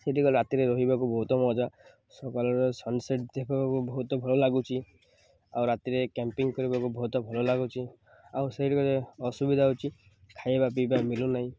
ସେଇଠି ରାତିରେ ରହିବାକୁ ବହୁତ ମଜା ସକାଳର ସନସେଟ୍ ଦେଖିବାକୁ ବହୁତ ଭଲ ଲାଗୁଛି ଆଉ ରାତିରେ କ୍ୟାମ୍ପିଙ୍ଗ୍ କରିବାକୁ ବହୁତ ଭଲ ଲାଗୁଛି ଆଉ ସେଇଠି ଗୋଟେ ଅସୁବିଧା ହେଉଛି ଖାଇବା ପିଇବା ମିଳୁନାହିଁ